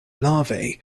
larvae